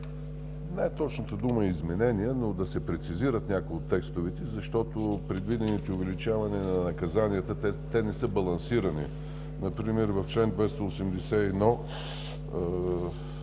е точната дума, изменения, но да се прецизират някои от текстовете, защото предвидените увеличавания на наказанията не са балансирани. Например в чл. 281,